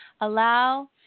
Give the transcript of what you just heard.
Allow